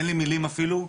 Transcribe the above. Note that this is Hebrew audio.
אין לי מילים אפילו,